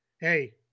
hey